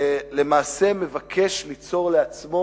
למעשה מבקש ליצור לעצמו